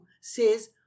says